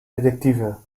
detective